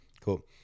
Cool